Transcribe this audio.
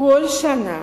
כל שנה,